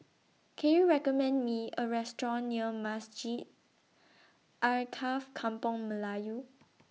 Can YOU recommend Me A Restaurant near Masjid Alkaff Kampung Melayu